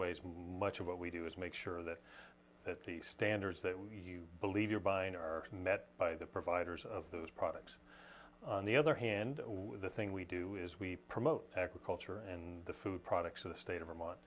ways much of what we do is make sure that that the standards that you believe you are buying are met by the providers of those products on the other hand the thing we do is we promote agriculture and the food products of the state of vermont